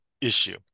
issue